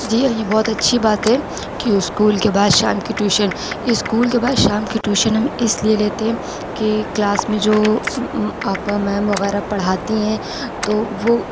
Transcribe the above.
جی ہاں بہت اچھی بات ہے کہ اسکول کے بعد شام کی ٹیوشن اسکول کے بعد شام کی ٹیوشن ہم اس لیے لیتے ہیں کہ کلاس میں جو آپا میم وغیرہ پڑھاتی ہیں تو وہ